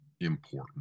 important